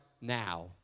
now